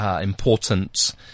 important